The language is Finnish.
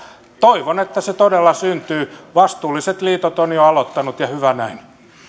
toivon että se todella syntyy vastuulliset liitot ovat jo aloittaneet ja hyvä näin